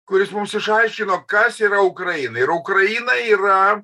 kuris mums išaiškino kas yra ukraina yra ukraina yra